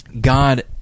God